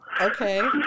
okay